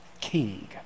king